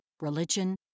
religion